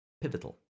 pivotal